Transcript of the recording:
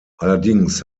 allerdings